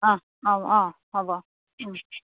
অঁ অঁ অঁ হ'ব